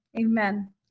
Amen